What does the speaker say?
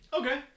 Okay